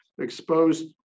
exposed